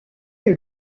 est